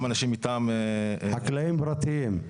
חקלאים פרטיים.